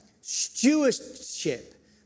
Stewardship